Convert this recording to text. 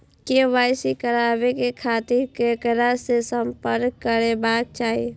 KYC कराबे के खातिर ककरा से संपर्क करबाक चाही?